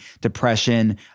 depression